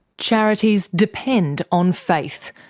charities depend on faith,